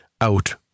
out